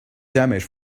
damage